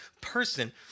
person